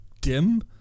dim